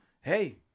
hey